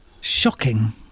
Shocking